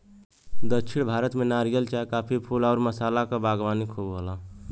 दक्षिण भारत में नारियल, चाय, काफी, फूल आउर मसाला क बागवानी खूब होला